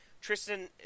Tristan